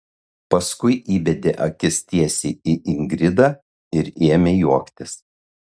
paskui įbedė akis tiesiai į ingridą ir ėmė juoktis